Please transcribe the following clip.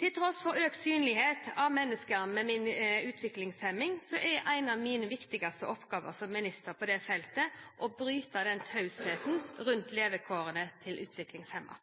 Til tross for økt synlighet av mennesker med utviklingshemning er en av mine viktigste oppgaver som minister på dette feltet å bryte tausheten rundt levekårene til utviklingshemmede.